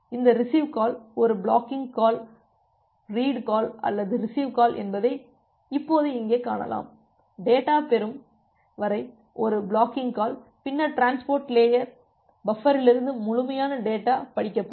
இந்த receive call இது ஒரு பிளாக்கிங் கால் ரீடு கால் அல்லது ரிசிவ் கால் என்பதை இப்போது இங்கே காணலாம் டேட்டா பெறும் வரை இது ஒரு பிளாக்கிங் கால் பின்னர் டிரான்ஸ்போர்ட் பஃபரிலிருந்து முழுமையான டேட்டா படிக்கப்படும்